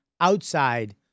outside